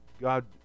God